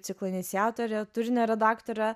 ciklo iniciatore turinio redaktore